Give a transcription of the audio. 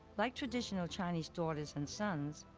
like traditional chinese daughters and sons,